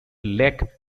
lake